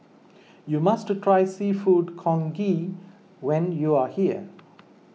you must try Seafood Congee when you are here